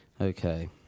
Okay